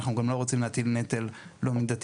אנחנו גם לא רוצים להטיל נטל לא מידתי